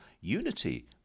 unity